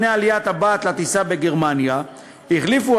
לפני עליית הבת לטיסה בגרמניה החליפו